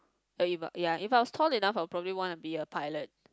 uh eh but ya if I was tall enough I'll probably want to be a pilot